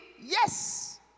Yes